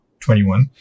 21